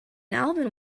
alvin